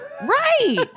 Right